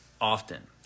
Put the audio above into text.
often